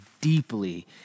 deeply